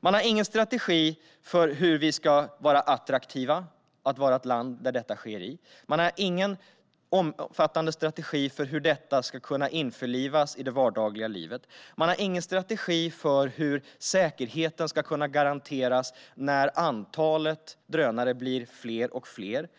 Man har ingen strategi för hur vi ska vara attraktiva och vara ett land där detta sker. Man har ingen omfattande strategi för hur detta ska kunna införlivas i det vardagliga livet. Man har ingen strategi för hur säkerheten ska kunna garanteras när antalet drönare blir större och större.